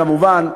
כמובן,